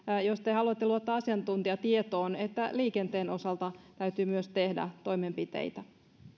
jos te haluatte luottaa asiantuntijatietoon että myös liikenteen osalta täytyy tehdä toimenpiteitä